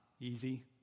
easy